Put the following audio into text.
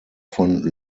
von